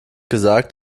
gesagt